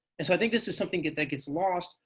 and so i think this is something that that gets lost.